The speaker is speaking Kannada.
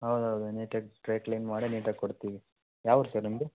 ಹೌದೌದು ನೀಟಾಗಿ ಡ್ರೈ ಕ್ಲೀನ್ ಮಾಡಿ ನೀಟಾಗಿ ಕೊಡ್ತೀವಿ ಯಾವ ಊರು ಸರ್ ನಿಮ್ಮದು